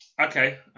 okay